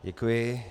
Děkuji.